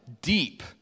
deep